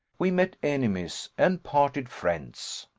we met enemies, and parted friends.